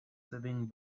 selling